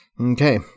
Okay